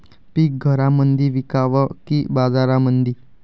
पीक घरामंदी विकावं की बाजारामंदी?